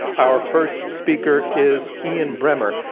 our first speaker is ian bremmer.